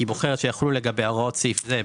היא בוחרת שיחולו לגביה הוראות סעיף זה,